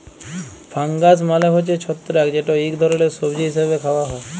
fungus মালে হছে ছত্রাক যেট ইক ধরলের সবজি হিসাবে খাউয়া হ্যয়